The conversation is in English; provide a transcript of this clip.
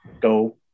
go